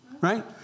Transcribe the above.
right